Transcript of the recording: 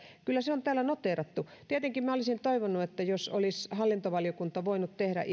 kyllä se on täällä noteerattu tietenkin minä olisin toivonut että olisi hallintovaliokunta voinut tehdä